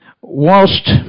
whilst